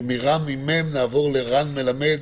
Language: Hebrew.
ומרם עם מ"מ נעבור לרן מלמד,